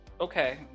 Okay